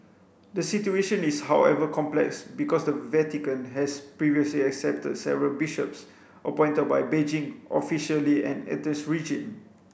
the situation is however complex because the Vatican has previously accepted several bishops appointed by Beijing officially an atheist regime